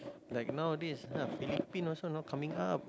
like nowadays ah Philippines also not coming up